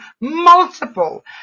multiple